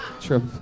Trip